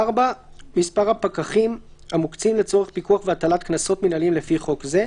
(4) מספר הפקחים המוקצים לצורך פיקוח והטלת קנסות מינהליים לפי חוק זה.